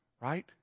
Right